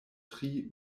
tri